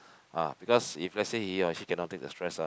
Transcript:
ah because if let say he cannot take the stress ah